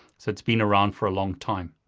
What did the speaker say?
so it's been around for a long time,